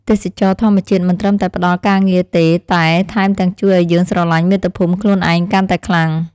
ទេសចរណ៍ធម្មជាតិមិនត្រឹមតែផ្តល់ការងារទេតែថែមទាំងជួយឱ្យយើងស្រឡាញ់មាតុភូមិខ្លួនឯងកាន់តែខ្លាំង។